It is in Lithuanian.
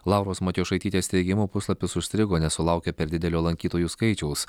lauros matjošaitytės teigimu puslapis užstrigo nes sulaukė per didelio lankytojų skaičiaus